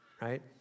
right